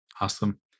Awesome